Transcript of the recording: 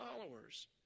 followers